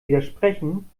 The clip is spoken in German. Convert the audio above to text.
widersprechen